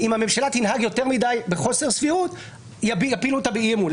אם הממשלה תנהג יותר מדי בחוסר סבירות יפילו אותה באי אמון.